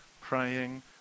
praying